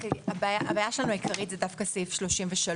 הבעיה העיקרית שלנו היא דווקא סעיף 33,